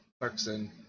Clarkson